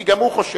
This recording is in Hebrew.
כי גם הוא חושב.